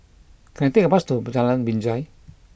can I take a bus to Jalan Binjai